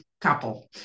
couple